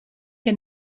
che